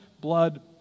blood